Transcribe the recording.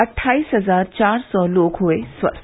अट्ठाईस हजार चार सौ लोग हुए स्वस्थ